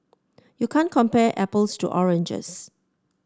you can't compare apples to oranges